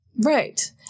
Right